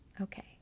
okay